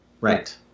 Right